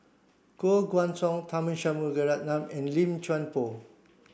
Koh Guan Song Tharman Shanmugaratnam and Lim Chuan Poh